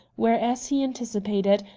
where, as he anticipated,